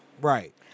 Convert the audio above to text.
Right